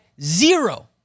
zero